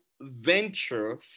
venture